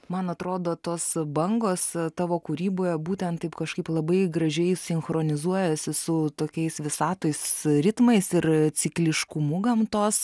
man atrodo tos bangos tavo kūryboje būtent taip kažkaip labai gražiai sinchronizuojasi su tokiais visatos ritmais ir cikliškumu gamtos